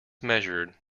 measured